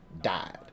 died